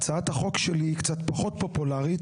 הצעת החוק שלי היא קצת פחות פופולרית,